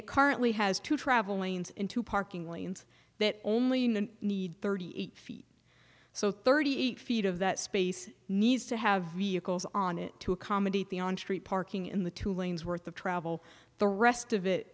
it currently has to travel lanes into parking lanes that only need thirty eight feet so thirty eight feet of that space needs to have vehicles on it to accommodate the on street parking in the two lanes worth of travel the rest of it